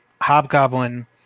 Hobgoblin